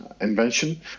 invention